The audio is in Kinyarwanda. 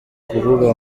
ukuvuga